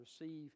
receive